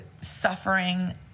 suffering